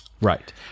Right